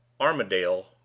Armadale